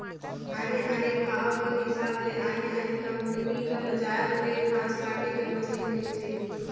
आने आने भाव कर हिसाब ले आने आने कंपनी कर बजार में घांस काटे कर मसीन मिलथे